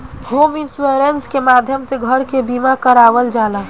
home insurance के माध्यम से घर के बीमा करावल जाला